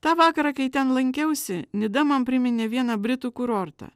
tą vakarą kai ten lankiausi nida man priminė vieną britų kurortą